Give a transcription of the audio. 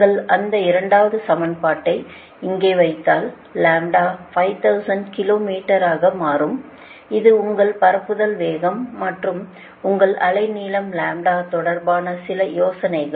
நீங்கள் அந்த இரண்டாவது சமன்பாட்டை இங்கே வைத்தால் லாம்ப்டா 5000 கிலோ மீட்டராக ஆக மாறும் இது உங்கள் பரப்புதல் வேகம் மற்றும் உங்கள் அலை நீளம் லாம்ப்டா தொடர்பான சில யோசனைகள்